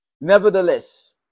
Nevertheless